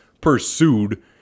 pursued